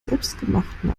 selbstgemachten